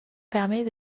permet